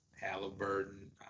Halliburton